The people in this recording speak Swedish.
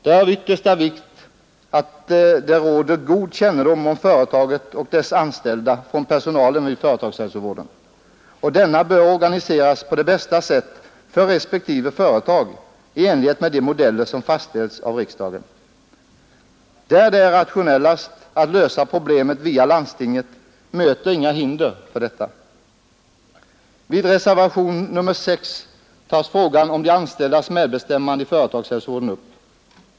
Det är av yttersta vikt att det råder god kännedom om företaget och dess anställda hos personalen vid företagshälsovården, och denna bör organiseras på det bästa sätt för respektive företag i enlighet med de modeller som fastställts av riksdagen. Där det är rationellast att lösa problemet via landstinget möter inga hinder för detta. I reservationen 6 tas frågan om de anställdas medbestämmande i företagshälsovården upp.